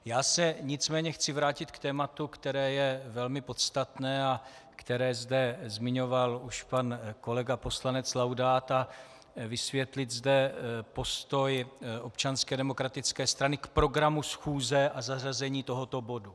Já se nicméně chci vrátit k tématu, které je velmi podstatné a které zde zmiňoval už pan kolega poslanec Laudát, a vysvětlit zde postoj Občanské demokratické strany k programu schůze a zařazení tohoto bodu.